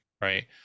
Right